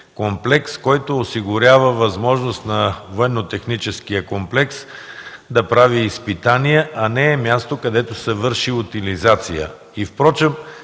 комплекс, който осигурява възможност на Военно-техническия комплекс да прави изпитания, а не е място, където се върши утилизация.